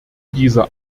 dieser